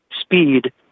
speed